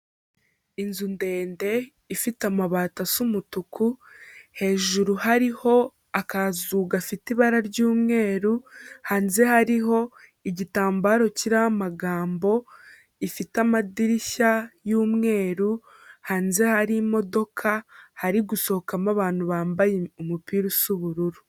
Inzu ndende ifite amabati asa umutuku, hejuru hariho akazu gafite ibara ry'umweru, hanze hariho igitambaro kiriho amagambo, ifite amadirishya y'umweru, hanze hari imodoka hari gusohokamo abantu bambaye umupira usa ubururu.